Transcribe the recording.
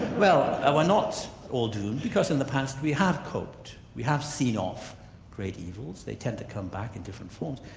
well we're not all doomed because in the past, we have coped, we have seen off great evils, they tend to come back in different forms.